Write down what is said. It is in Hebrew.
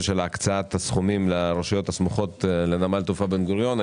של הקצאת הסכומים לרשויות הסמוכות לנמל התעופה בן גוריון.